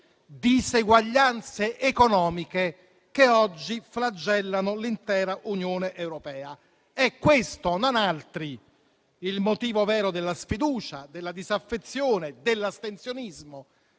diseguaglianze economiche che oggi flagellano l'intera Unione europea. Questo e non altri è il motivo vero della sfiducia, della disaffezione, dell'astensionismo.